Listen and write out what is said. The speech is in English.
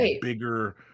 bigger